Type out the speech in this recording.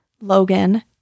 Logan